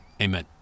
Amen